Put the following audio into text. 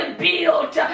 built